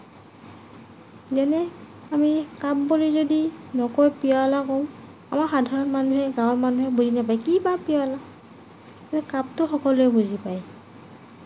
যেনে আমি কাপ বুলি যদি নকৈ পিয়লা কওঁ আমাৰ সাধাৰণ মানুহে গাঁৱৰ মানুহে বুজি নাপায় কি বা পিয়লা কিন্তু কাপটো সকলোৱে বুজি পায়